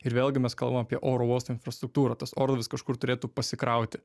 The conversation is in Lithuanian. ir vėlgi mes kalbam apie oro uosto infrastruktūrą tas orlaivis kažkur turėtų pasikrauti